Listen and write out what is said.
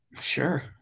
Sure